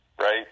right